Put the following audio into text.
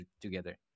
together